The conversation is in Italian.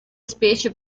specie